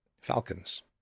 Falcons